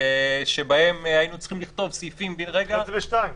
שבהם היינו צריכים לכתוב סעיפים בן-רגע --- בסעיף (2).